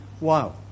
Wow